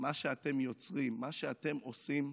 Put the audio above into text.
מה שאתם יוצרים, מה שאתם עושים,